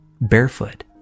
barefoot